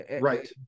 right